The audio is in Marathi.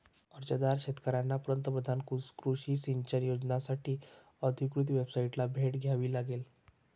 अर्जदार शेतकऱ्यांना पंतप्रधान कृषी सिंचन योजनासाठी अधिकृत वेबसाइटला भेट द्यावी लागेल